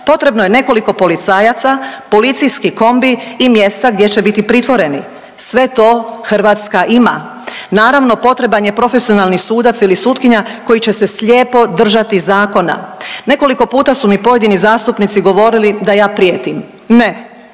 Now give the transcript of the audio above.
potrebno je nekoliko policajaca, policijski kombi i mjesta gdje će biti pritvoreni. Sve to Hrvatska ima. Naravno potreban je profesionalni sudac ili sutkinja koji će se slijepo držati zakona. Nekoliko puta su mi pojedini zastupnici govorili da ja prijetim. Ne,